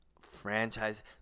franchise